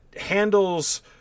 handles